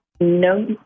no